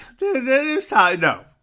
no